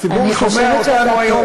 הציבור שומע אותנו היום,